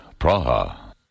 Praha